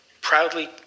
proudly